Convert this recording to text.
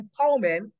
empowerment